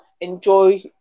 enjoy